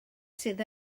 sydd